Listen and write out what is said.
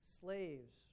slaves